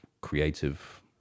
creative